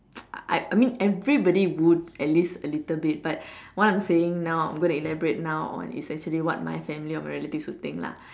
I mean everybody would at least a little bit but what I'm saying now I'm going to elaborate now on is actually what my family or my relatives would think lah